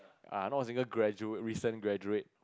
ah not a single graduate recent graduate